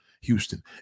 Houston